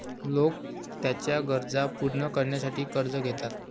लोक त्यांच्या गरजा पूर्ण करण्यासाठी कर्ज घेतात